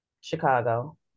Chicago